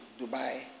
dubai